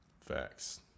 Facts